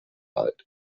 alt